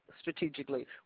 strategically